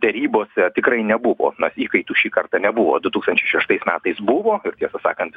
derybose tikrai nebuvo nes įkaitų šį kartą nebuvo du tūkstančiai šeštais metais buvo ir tiesą sakant